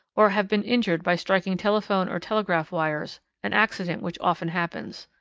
or have been injured by striking telephone or telegraph wires, an accident which often happens.